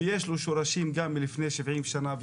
ויש לו שורשים גם מלפני 70 שנה,